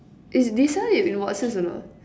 is they sell it in Watson's or not